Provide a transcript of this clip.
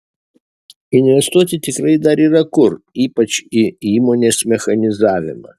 investuoti tikrai dar yra kur ypač į įmonės mechanizavimą